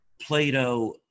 Plato